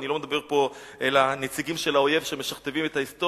אני לא מדבר פה אל הנציגים של האויב שמשכתבים את ההיסטוריה,